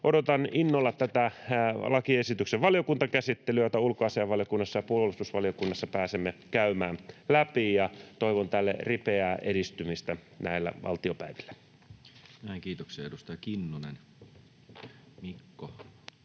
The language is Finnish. Odotan innolla tätä lakiesityksen valiokuntakäsittelyä, jota ulkoasiainvaliokunnassa ja puolustusvaliokunnassa pääsemme käymään läpi, ja toivon tälle ripeää edistymistä näillä valtiopäivillä. [Speech 144] Speaker: